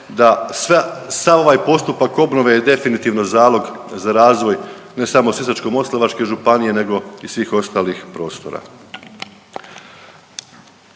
da sav ovaj postupak obnove je definitivno zalog za razvoj ne samo Sisačko-moslavačke županije nego i svih ostalih prostora.